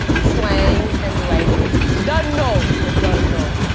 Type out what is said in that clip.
slang and language. dun know, you dun know.